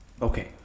Okay